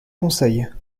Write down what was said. conseil